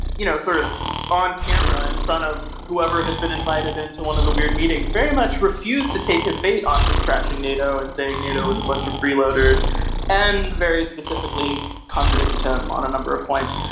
you know, sort of on camera, in front of whoever had been invited into one of the weird meetings, very much refused to take his bait on trashing nato and saying nato is a bunch of freeloaders and very specifically contradicted him on a number of points.